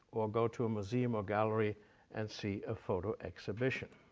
or go to a museum or gallery and see a photo exhibition.